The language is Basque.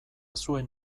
zuen